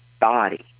body